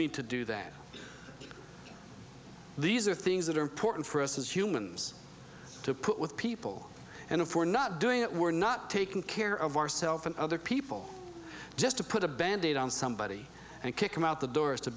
mean to do that these are things that are important for us as humans to put with people and for not doing it we're not taking care of our self and other people just to put a bandaid on somebody and kick them out the doors to